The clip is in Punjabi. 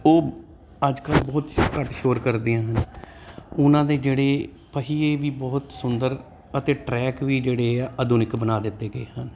ਉਹ ਅੱਜ ਕੱਲ੍ਹ ਬਹੁਤ ਹੀ ਘੱਟ ਸ਼ੋਰ ਕਰਦੀਆਂ ਹਨ ਉਹਨਾਂ ਦੇ ਜਿਹੜੇ ਪਹੀਏ ਵੀ ਬਹੁਤ ਸੁੰਦਰ ਅਤੇ ਟਰੈਕ ਵੀ ਜਿਹੜੇ ਆ ਆਧੁਨਿਕ ਬਣਾ ਦਿੱਤੇ ਗਏ ਹਨ